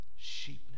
sheepness